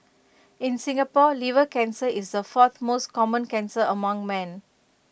in Singapore liver cancer is the fourth most common cancer among men